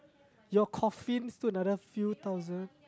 your coffin still another few thousand